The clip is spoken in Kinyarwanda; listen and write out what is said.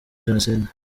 jenoside